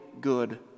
good